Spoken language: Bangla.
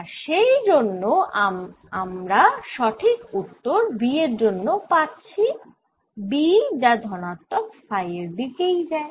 আর সেই জন্য আমরা সঠিক উত্তর B এর জন্য পাচ্ছি B যা ধনাত্মক ফাই এর দিকেই যায়